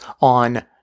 on